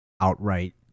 outright